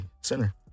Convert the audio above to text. center